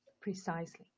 Precisely